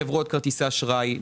חברות כרטיסי אשראי,